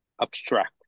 abstract